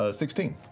ah sixteen.